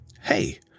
hey